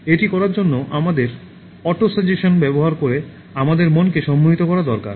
এটি করার জন্য আমাদের অটোসাজেশন ব্যবহার করে আমাদের মনকে সম্মোহিত করা দরকার